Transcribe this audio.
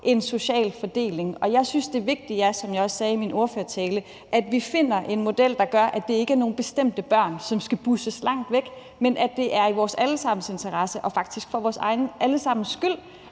en social fordeling. Og jeg synes, det vigtige er, som jeg også sagde i min ordførertale, at vi finder en model, der gør, at det ikke er nogle bestemte børn, som skal busses langt væk, men at det er i vores alle sammens interesse – og faktisk for vores alle sammens skyld